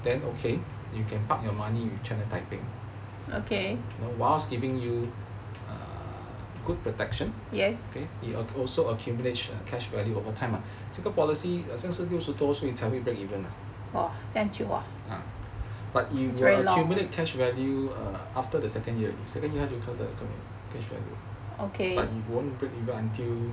then okay you can park your money with china taiping whilst giving you err good protection it also accumulates the cash value over time ah 这个 policy 好像六十岁才会 break even ah but you will accumulate cash value err after the second year second year 就会看到有 cash value but it won't break even until sixty five